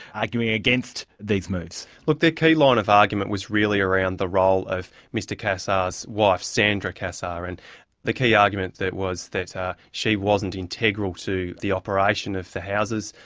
arguing against these moves? look, their key line of argument was really around the role of mr cassar's wife, sandra cassar, and the key argument was that ah she wasn't integral to the operation of the houses,